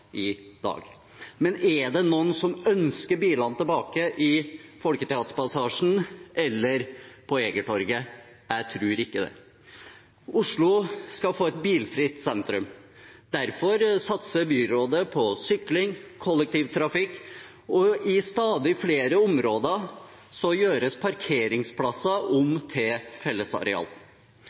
i dag. Men er det noen som ønsker bilene tilbake i Folketeaterpassasjen eller på Egertorget? Jeg tror ikke det. Oslo skal få et bilfritt sentrum. Derfor satser byrådet på sykling og kollektivtrafikk, og i stadig flere områder gjøres parkeringsplasser om til fellesareal.